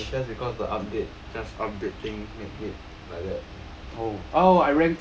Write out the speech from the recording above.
no I that's because the update just updating make it like that